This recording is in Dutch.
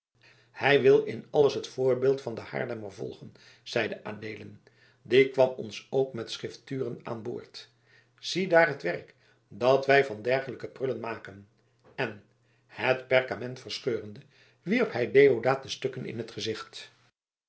hij wil in alles het voorbeeld van den haarlemmer volgen zeide adeelen die kwam ons ook met schrifturen aan boord ziedaar het werk dat wij van dergelijke prullen maken en het perkament verscheurende wierp hij deodaat de stukken in t gezicht